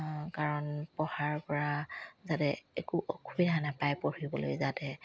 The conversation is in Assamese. কাৰণ পঢ়াৰ পৰা যাতে একো অসুবিধা নাপায় পঢ়িবলৈ যাতে